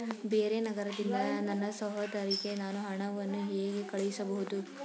ಬೇರೆ ನಗರದಿಂದ ನನ್ನ ಸಹೋದರಿಗೆ ನಾನು ಹಣವನ್ನು ಹೇಗೆ ಕಳುಹಿಸಬಹುದು?